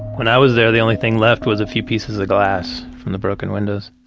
when i was there, the only thing left was a few pieces of glass from the broken windows